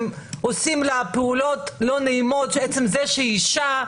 שעושים לאישה פעולות לא נעימות על עצם זה שהיא אישה,